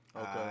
Okay